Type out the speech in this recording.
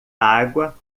água